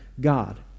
God